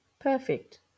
perfect